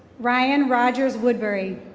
ryan rogers woodbury.